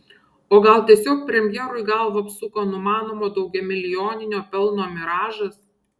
o gal tiesiog premjerui galvą apsuko numanomo daugiamilijoninio pelno miražas